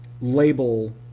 label